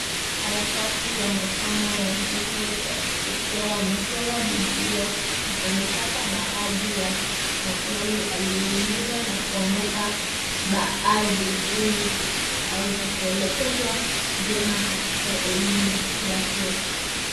Karatasi ya masomo ya mtoto wa chekechea, amechora Bibilia na amepata baadhi ya maswali aliyoulizwa na kuanguka baadhi ili aweze kuelekezwa vyema katika elimu yake.